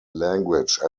language